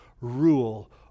rule